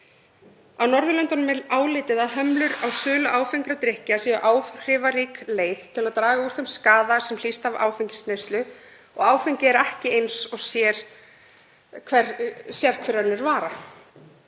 Á Norðurlöndunum er álitið að hömlur á sölu áfengra drykkja séu áhrifarík leið til að draga úr þeim skaða sem hlýst af áfengisneyslu og áfengi er ekki eins og sérhver önnur vara.